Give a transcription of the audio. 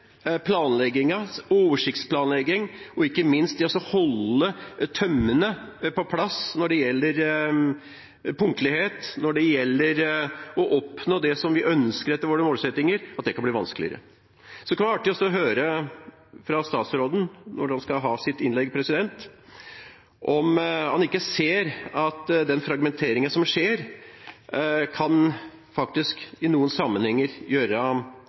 og ikke minst at det kan bli vanskeligere å holde tømmene på plass når det gjelder punktlighet og det å oppnå det vi ønsker, etter våre målsettinger. Det kunne være artig å høre fra statsråden, når han skal ha sitt innlegg, om han ikke ser at den fragmenteringen som skjer, i noen sammenhenger faktisk kan gjøre